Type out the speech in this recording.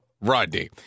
Rodney